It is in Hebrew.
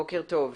בוקר טוב.